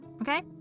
okay